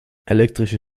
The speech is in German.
elektrische